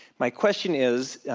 my question is,